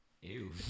Ew